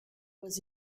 was